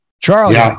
Charlie